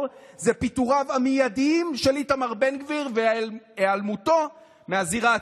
הוא פיטוריו המיידיים של איתמר בן גביר והיעלמותו מהזירה הציבורית.